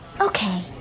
Okay